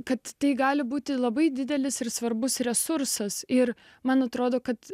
kad tai gali būti labai didelis ir svarbus resursas ir man atrodo kad